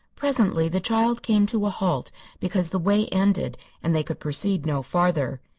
presently the child came to a halt because the way ended and they could proceed no farther.